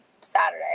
Saturday